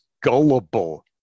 gullible